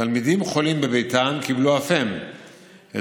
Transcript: תלמידים חולים בביתם קיבלו אף הם את